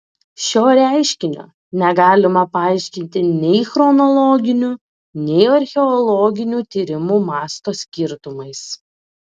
šio reiškinio negalima paaiškinti nei chronologiniu nei archeologinių tyrimų masto skirtumais